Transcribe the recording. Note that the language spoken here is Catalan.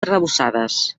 arrebossades